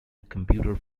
computer